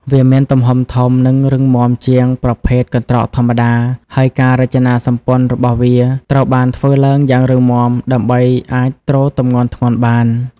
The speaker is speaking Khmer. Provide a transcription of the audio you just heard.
វាមានទំហំធំ និងរឹងមាំជាងប្រភេទកន្ត្រកធម្មតា ហើយការរចនាសម្ព័ន្ធរបស់វាត្រូវបានធ្វើឡើងយ៉ាងរឹងមាំដើម្បីអាចទ្រទម្ងន់ធ្ងន់បាន។